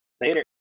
Later